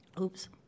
Oops